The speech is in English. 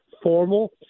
formal